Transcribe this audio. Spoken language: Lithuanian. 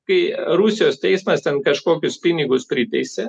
kai rusijos teismas ten kažkokius pinigus priteisė